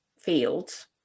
fields